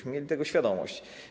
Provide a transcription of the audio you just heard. Miejmy tego świadomość.